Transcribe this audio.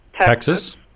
Texas